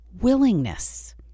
willingness